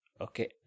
Okay